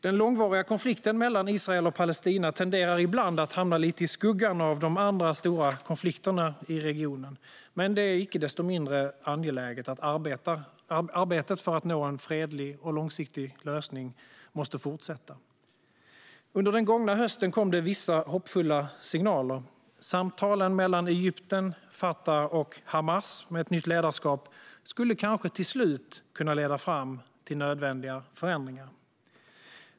Den långvariga konflikten mellan Israel och Palestina tenderar ibland att hamna lite i skuggan av de andra stora konflikterna i regionen, men det är icke desto mindre angeläget att arbetet för att nå en fredlig och långsiktig lösning fortsätter. Under den gångna hösten kom det vissa hoppfulla signaler. Samtalen mellan Egypten, Fatah och Hamas, med ett nytt ledarskap, skulle kanske till slut kunna leda fram till nödvändiga förändringar.